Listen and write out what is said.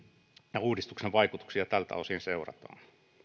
ja uudistuksen vaikutuksia tältä osin seurataan